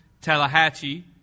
Tallahatchie